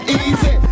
easy